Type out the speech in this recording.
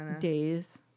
days